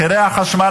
מחירי החשמל,